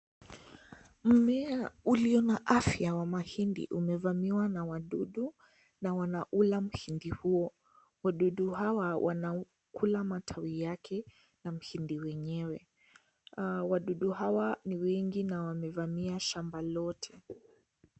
Mmea ulio na afya wa mahindi, umevamiwa na wadudu na wanaula mhindi huo. Wadudu hawa, wanaukula matawi yake na mhindi wenyewe. Wadudu hawa ni wengi na wamevamia shamba lote.